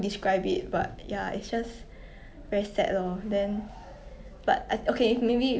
yeah